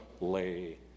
lay